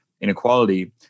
inequality